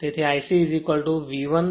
તેથી I c V1 R c